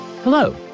Hello